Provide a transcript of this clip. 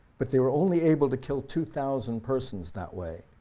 but they were only able to kill two thousand persons that way.